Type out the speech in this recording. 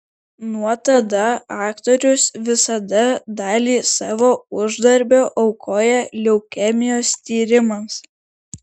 nuo tada aktorius visada dalį savo uždarbio aukoja leukemijos tyrimams